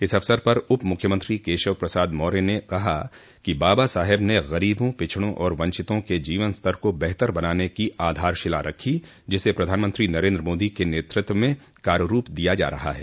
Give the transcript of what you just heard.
इस अवसर पर उप मुख्यमंत्री केशव प्रसाद मौर्य ने कहा कि बाबा साहेब ने गरीबों पिछड़ों और वंचितों के जीवन स्तर को बेहतर बनाने की आधारशिला रखी जिसे प्रधानमंत्री नरेन्द्र मोदी के नेतृत्व में कार्यरूप दिया जा रहा है